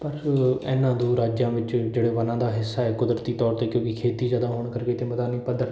ਪਰ ਇਹਨਾਂ ਦੋ ਰਾਜਾਂ ਵਿੱਚੋਂ ਜਿਹੜੇ ਵਣਾਂ ਦਾ ਹਿੱਸਾ ਹੈ ਕੁਦਰਤੀ ਤੌਰ 'ਤੇ ਕਿਉਂਕਿ ਖੇਤੀ ਜ਼ਿਆਦਾ ਹੋਣ ਕਰਕੇ ਅਤੇ ਮੈਦਾਨੀ ਪੱਧਰ